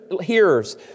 hearers